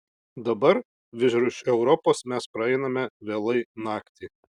dabar virš europos mes praeiname vėlai naktį